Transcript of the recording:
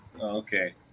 okay